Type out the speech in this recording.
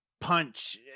punch